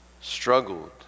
struggled